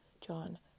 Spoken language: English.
John